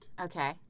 Okay